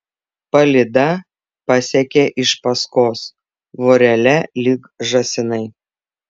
palyda pasekė iš paskos vorele lyg žąsinai